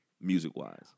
music-wise